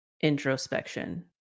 introspection